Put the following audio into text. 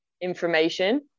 information